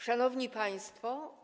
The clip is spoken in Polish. Szanowni Państwo!